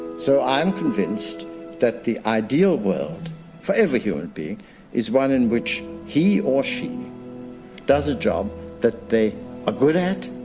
so i'm convinced that the ideal world for every human being is one in which he or she does a job that they are ah good at,